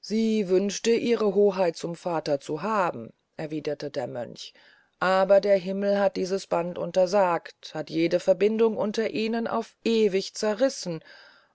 sie wünschte ihre hoheit zum vater zu haben erwiederte der mönch aber der himmel der dieses band untersagte hat jede verbindung unter ihnen auf ewig zerrissen